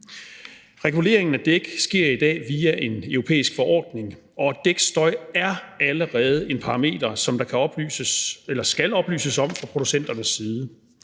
Reguleringen af dæk sker i dag via en europæisk forordning, og dækstøj er allerede en parameter, som der skal oplyses om fra producenternes side.